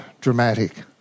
dramatic